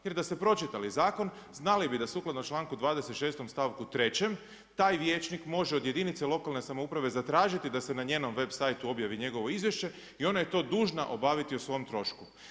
Jer da ste pročitali zakon znali bi da sukladno članku 26. stavku 3. taj vijećnik može od jedinice lokalne samouprave zatražiti da se na njenom websiteu objavi njegovo izvješće i ona je to dužna obaviti o svom trošku.